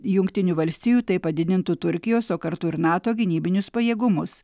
jungtinių valstijų tai padidintų turkijos o kartu ir nato gynybinius pajėgumus